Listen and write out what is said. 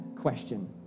question